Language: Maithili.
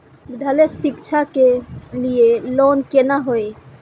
विद्यालय शिक्षा के लिय लोन केना होय ये?